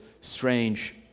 strange